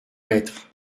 maîtres